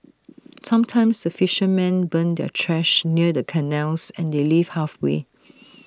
sometimes the fishermen burn their trash near the canals and they leave halfway